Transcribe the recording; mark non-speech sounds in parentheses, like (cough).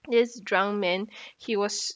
this drunk man (breath) he was